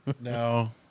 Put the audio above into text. No